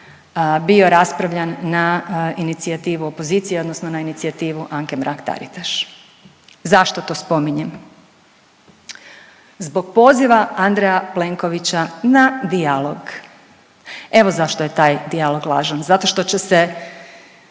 bio raspravljan na inicijativu opozicije odnosno na inicijativu Anke Mrak Taritaš. Zašto to spominjem? Zbog poziva Andreja Plenkovića na dijalog. Evo zašto je taj dijalog lažan, zato što će se